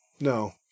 No